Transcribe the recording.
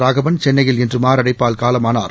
ராகவன் சென்னையில் இன்று மாரடைப்பால் காலமானார்